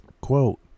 Quote